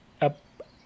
Up